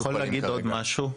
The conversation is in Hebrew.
אני יכול להגיד עוד משהו?